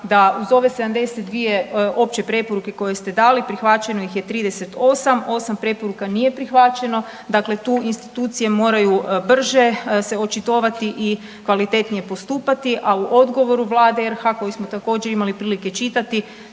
da uz ove 72 opće preporuke koje ste dali prihvaćeno ih je 38. 8 preporuka nije prihvaćeno. Dakle, tu institucije moraju brže se očitovati i kvalitetnije postupati, a u odgovoru Vlade RH koju smo također imali prilike čitati